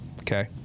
okay